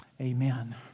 Amen